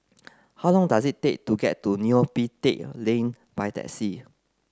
how long does it take to get to Neo Pee Teck Lane by taxi